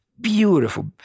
beautiful